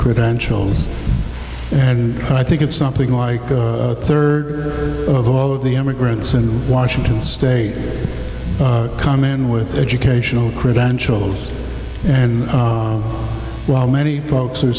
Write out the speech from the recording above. credential and i think it's something like a third of all of the immigrants in washington state come in with educational credentials and while many folks are